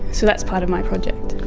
so that's part of my project.